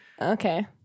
Okay